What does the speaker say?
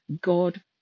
God